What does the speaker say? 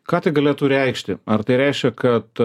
ką tai galėtų reikšti ar tai reiškia kad